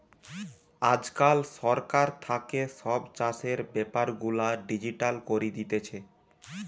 আজকাল সরকার থাকে সব চাষের বেপার গুলা ডিজিটাল করি দিতেছে